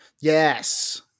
Yes